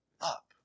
up